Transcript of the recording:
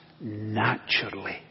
naturally